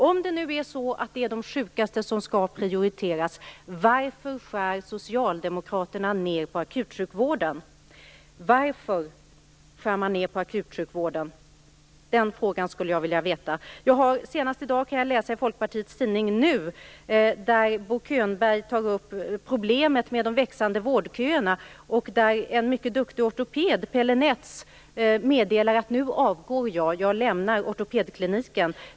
Om det nu är de sjukaste som skall prioriteras, varför skär Socialdemokraterna ned på akutsjukvården? Det frågan skulle jag vilja ha ett svar på. Senast i dag läste jag Folkpartiets tidning Nu, där Bo Könberg tar upp problemet med de växande vårdköerna. En mycket duktig ortoped, Pelle Netz, meddelar: Nu avgår jag. Jag lämnar ortopedkliniken.